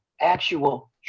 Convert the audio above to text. actual